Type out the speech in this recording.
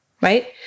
right